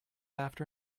after